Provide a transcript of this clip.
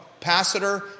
capacitor